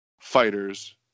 fighters